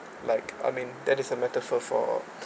like I mean that is a metaphor for